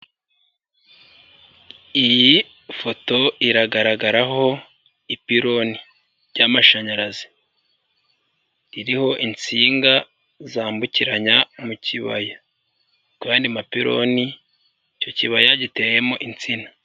Iyi foto iragaragaraho ipironi ry'amashanyarazi, ririho insinga zambukiranya mu kibaya, ku yandi mapironi, icyo kibaya giteyemo insina.